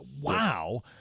wow